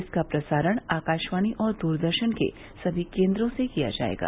इसका प्रसारण आकाशवाणी और दूरदर्शन के सभी केन्द्रों से किया जाएगा